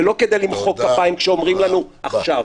ולא כדי למחוא כפיים כשאומרים לנו עכשיו.